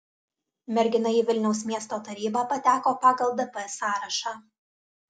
mergina į vilniaus miesto tarybą pateko pagal dp sąrašą